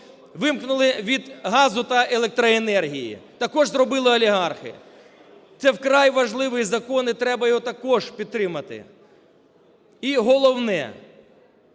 вимкнули від газу та електроенергії. Також зробили олігархи. Це вкрай важливий закон і треба його також підтримати. І головне.